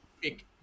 big